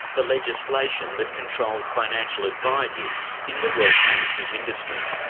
the legislation that controls financial advisers in the wealth management industry.